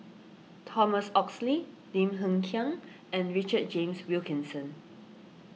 Thomas Oxley Lim Hng Kiang and Richard James Wilkinson